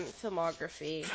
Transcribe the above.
filmography